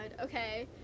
okay